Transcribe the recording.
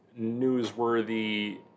newsworthy